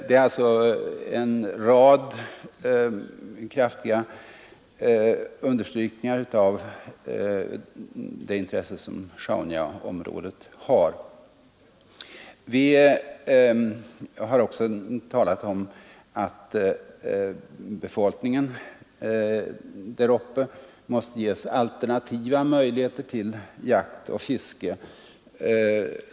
Det är alltså en rad kraftiga understrykningar av det intresse som Sjaunjaområdet har. Vi har också talat om att befolkningen däruppe måste ges alternativa möjligheter till jakt och fiske.